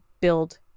build